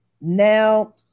now